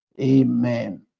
Amen